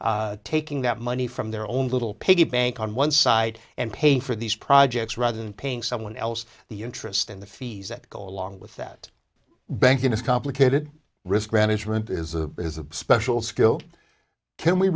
taking that money from their own little piggy bank on one side and paying for these projects rather than paying someone else the interest in the fees that go along with that banking is complicated risk management is a is a special skill can we